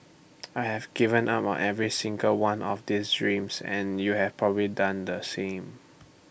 I've given up on every single one of these dreams and you've probably done the same